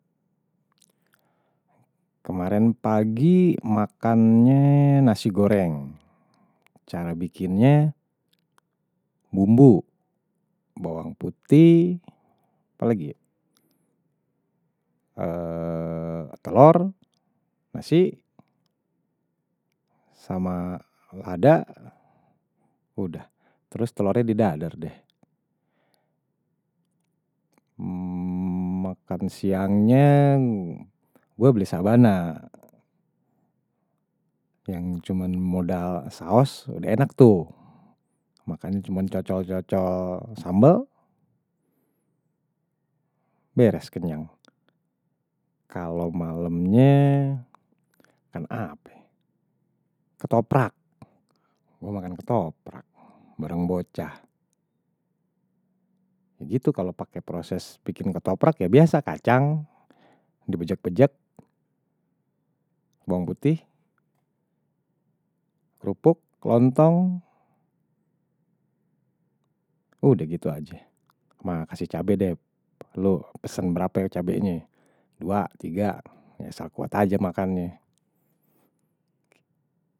Kemarin pagi makannye nasi goreng cara bikinnye bumbu bawang putih apalagi yak telor nasi sama lada udah, terus telornya didadar deh makan siangnya gue beli sabana yang cuma modal saos udah enak tuh makannya cuma cocok-cocok sambal beres kenyang kalau malemnya kan apa ketoprak gue makan ketoprak bareng bocah gitu kalau pake proses bikin ketoprak ya biasa, kacang dibejek-bejek bawang putih, krupuk, lontong udah gitu aja makasih cabai deh lu pesen berapa ya cabainya dua, tiga, biasa kuat aja makannye.